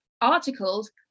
articles